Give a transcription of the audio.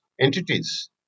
entities